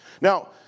Now